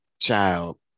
child